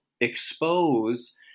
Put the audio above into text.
expose